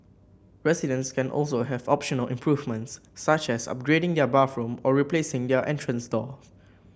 residents can also have optional improvements such as upgrading their bathroom or replacing their entrance doors